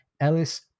Ellis